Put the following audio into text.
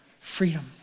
freedom